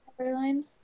storyline